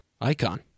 icon